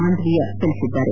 ಮಾಂಡವಿಯಾ ತಿಳಿಸಿದ್ದಾರೆ